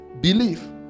Believe